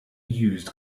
used